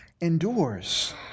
endures